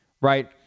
right